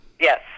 Yes